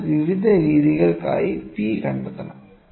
അതിനാൽ വിവിധ രീതികൾക്കായി ഈ P കണ്ടെത്തണം